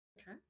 Okay